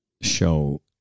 show